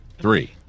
three